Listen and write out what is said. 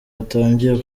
batangiye